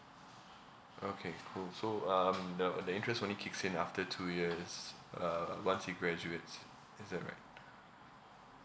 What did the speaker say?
okay cool so um the the interest only kicks in after two years uh once he graduates is that right